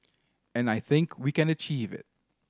and I think we can achieve it